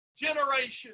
generation